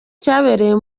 cyabereye